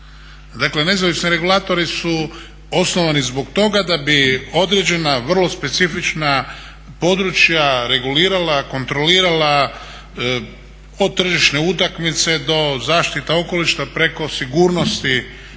nezavisni regulatori su osnovani zbog toga da bi određena vrlo specifična područja regulirala, kontrolirala od tržišne utakmice do zaštita okoliša preko sigurnosti